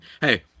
hey